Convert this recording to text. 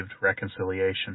reconciliation